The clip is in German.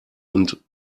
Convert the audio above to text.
und